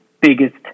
biggest